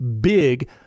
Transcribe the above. big